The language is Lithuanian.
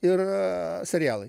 ir serialai